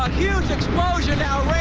huge explosion, now